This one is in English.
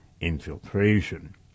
infiltration